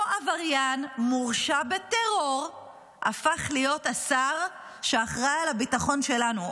אותו עבריין מורשע בטרור הפך להיות השר שאחראי לביטחון שלנו,